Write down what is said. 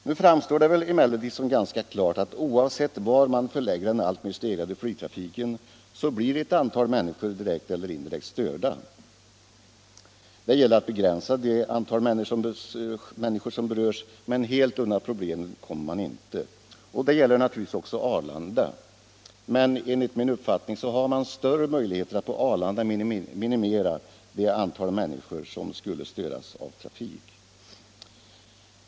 Det framstår väl emellertid som ganska klart att oavsett var man förlägger den alltmer stegrade flygtrafiken, så blir ett antal människor direkt eller indirekt störda. Det gäller att begränsa det antal människor som berörs, men helt undan problemen kommer man inte. Det gäller naturligtvis också Arlanda. Men enligt min uppfattning har man på Arlanda större möjligheter att minimera det antal människor som skulle störas av trafik.